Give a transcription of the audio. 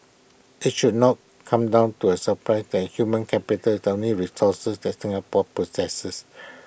IT should not come down to A surprise that the human capital is the only resource that Singapore possesses